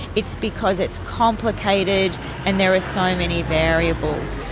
it's because it's complicated and there are so many variables.